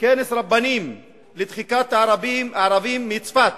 כנס רבנים לדחיקת הערבים מצפת,